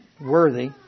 worthy